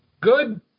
Good